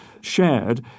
shared